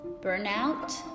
burnout